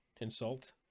insult